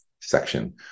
section